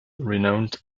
renowned